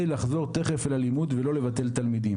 לחזור תכף ללימוד ולא לבטל תלמידים,